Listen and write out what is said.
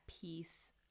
peace